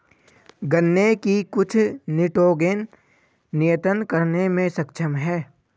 गन्ने की कुछ निटोगेन नियतन करने में सक्षम है